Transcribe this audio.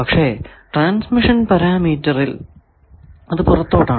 പക്ഷെ ട്രാൻസ്മിഷൻ പരാമീറ്ററിൽ അത് പുറത്തോട്ടാണ്